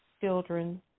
children